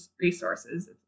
resources